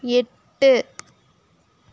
எட்டு